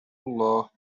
الله